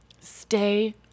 stay